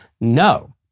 No